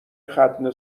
ختنه